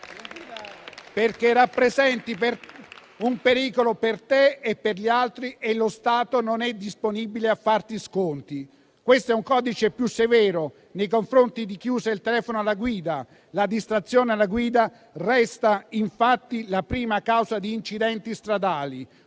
infatti un pericolo per te e per gli altri e lo Stato non è disponibile a farti sconti. Questo è un codice più severo anche nei confronti di chi usa il telefono alla guida. La distrazione alla guida resta infatti la prima causa di incidenti stradali.